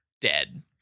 dead